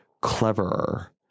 cleverer